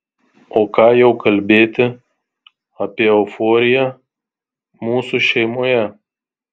o ką jau kalbėti apie euforiją mūsų šeimoje